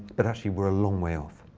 but actually, we're a long way off.